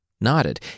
nodded